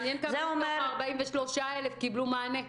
מעניין כמה מתוך ה-43,000 קיבלו מענה.